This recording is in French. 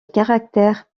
caractères